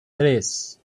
tres